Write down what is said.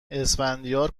اسفندیار